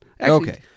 okay